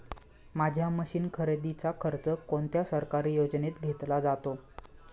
माझ्या मशीन खरेदीचा खर्च कोणत्या सरकारी योजनेत घेतला जातो?